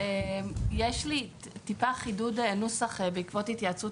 יש לי קצת חידוד נוסח בעקבות התייעצות